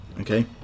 Okay